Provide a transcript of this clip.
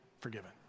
forgiven